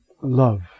love